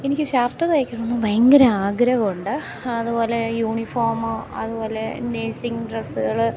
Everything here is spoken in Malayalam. എനിക്ക് ഷർട്ട് തയ്ക്കണമെന്ന് ഭയങ്കര ആഗ്രഹമുണ്ട് അതുപോലെ യൂണിഫോമ് അതുപോലെ നേഴ്സിങ് ഡ്രസ്സുകൾ